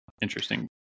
Interesting